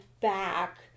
back